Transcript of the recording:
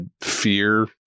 fear